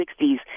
60s